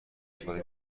استفاده